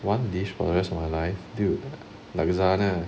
one dish for the rest of my life dude lasagna